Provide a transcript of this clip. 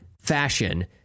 fashion